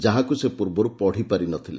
ଯାହାକୁ ସେ ପୂର୍ବରୁ ପଢ଼ିପାରି ନଥିଲେ